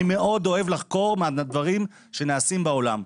אני מאוד אוהב לחקור מהדברים שנעשים בעולם.